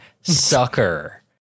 sucker